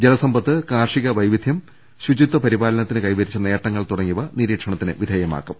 ജലസമ്പത്ത് കാർഷിക വൈവിധ്യം ശുചിത്വ പരി പാലനത്തിന് കൈവരിച്ച നേട്ടങ്ങൾ തുടങ്ങിയവ നിരീ ക്ഷണത്തിന് വിധേയമാക്കും